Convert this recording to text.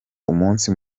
umunsi